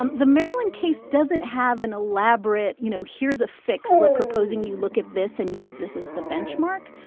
um the maryland case doesn't have an elaborate, you know, here's a fix. we're proposing you look at this and use this as the benchmark.